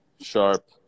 sharp